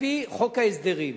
על-פי חוק ההסדרים,